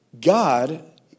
God